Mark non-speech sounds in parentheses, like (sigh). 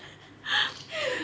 (laughs)